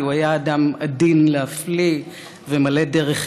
כי הוא היה אדם עדין להפליא ומלא דרך